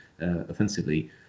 offensively